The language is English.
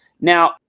Now